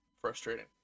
Frustrating